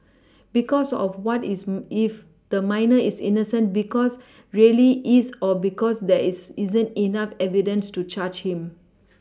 because of what is if the minor is innocent because really is or because there is isn't enough evidence to charge him